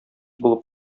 булып